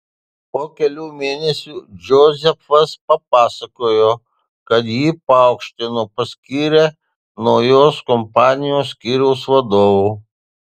po kelių mėnesių džozefas papasakojo kad jį paaukštino paskyrė naujos kompanijos skyriaus vadovu